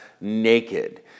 naked